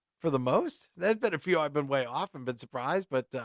for the most. there've been a few i've been way off em, been surprised, but,